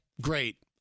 great